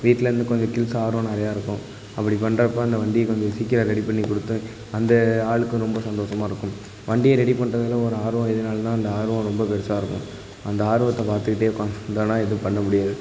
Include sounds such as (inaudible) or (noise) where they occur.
வீட்டிலருந்து கொஞ்சம் (unintelligible) ஆர்வம் நிறையா இருக்கும் அப்படி பண்ணுறப்ப அந்த வண்டியை கொஞ்சம் சீக்கிரம் ரெடி பண்ணிக்கொடுத்து அந்த ஆளுக்கும் ரொம்ப சந்தோஷமாக இருக்கும் வண்டி ரெடி பண்ணுறதுக்குனு ஒரு ஆர்வம் எதனாலனா அந்த ஆர்வம் ரொம்ப பெருசாக இருக்கும் அந்த ஆர்வத்தை பார்த்துக்கிட்டே உக்காந்துருந்தோனா எதுவும் பண்ண முடியாது